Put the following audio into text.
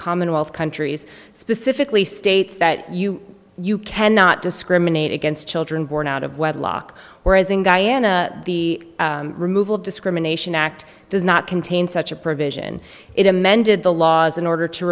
commonwealth countries specifically states that you you cannot discriminate against children born out of wedlock whereas in guyana the removal discrimination act does not contain such a provision it amended the laws in order to